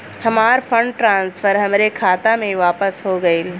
हमार fund transfer हमरे खाता मे वापस हो गईल